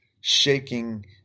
shaking